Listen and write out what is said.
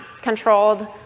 controlled